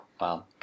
Wow